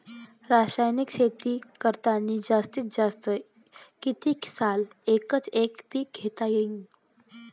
रासायनिक शेती करतांनी जास्तीत जास्त कितीक साल एकच एक पीक घेता येईन?